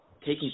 taking